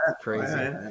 Crazy